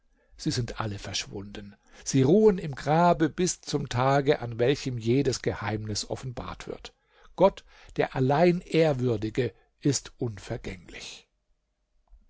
sie sind alle verschwunden sie ruhen im grabe bis zum tage an welchem jedes geheimnis offenbart wird gott der allein ehrwürdige ist unvergänglich